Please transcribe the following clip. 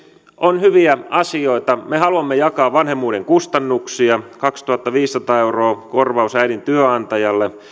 on hyviä asioita me haluamme jakaa vanhemmuuden kustannuksia kaksituhattaviisisataa euroa korvaus äidin työnantajalle